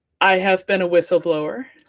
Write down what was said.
i have been a whistle-blower.